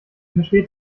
versteht